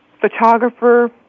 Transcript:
photographer